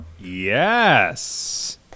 Yes